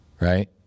Right